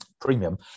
premium